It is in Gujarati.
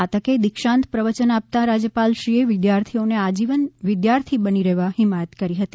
આ તકે દીક્ષાંત પ્રવચન આપતા રાજયપાલશ્રીએ વિદ્યાર્થીઓને આજીવન વિદ્યાર્થી બની રહેવાની હિમાયત કરી હતી